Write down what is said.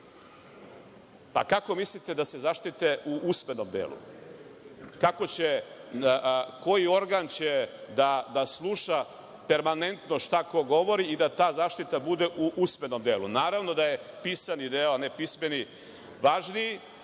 zakona. Kako mislite da se zaštite u usmenom delu? Kako će, koji organ će da sluša permanentno šta ko govori i da ta zaštita bude u usmenom delu? Naravno da je pisani deo, a ne pismeni, važniji